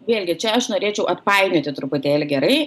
vėlgi čia aš norėčiau atpainioti truputėlį gerai